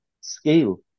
scale